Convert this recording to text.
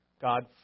God